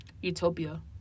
utopia